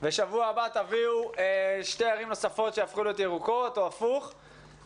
ובשבוע הבא תביאו שתי ערים נוספות שהפכו להיות ירוקות או הפוך,